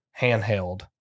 handheld